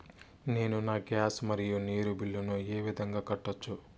నేను నా గ్యాస్, మరియు నీరు బిల్లులను ఏ విధంగా కట్టొచ్చు?